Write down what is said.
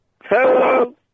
Hello